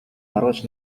маргааш